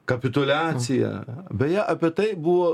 kapituliaciją beje apie tai buvo